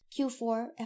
Q4